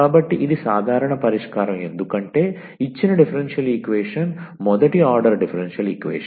కాబట్టి ఇది సాధారణ పరిష్కారం ఎందుకంటే ఇచ్చిన డిఫరెన్షియల్ ఈక్వేషన్ మొదటి ఆర్డర్ డిఫరెన్షియల్ ఈక్వేషన్